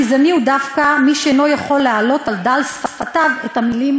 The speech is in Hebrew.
גזעני הוא דווקא מי שאינו יכול להעלות על דל שפתיו את המילים